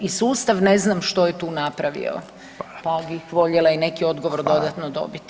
I sustav ne znam što je tu napravio pa bih voljela i neki odgovor dodatno dobiti.